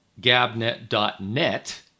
gabnet.net